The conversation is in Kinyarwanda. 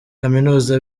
kaminuza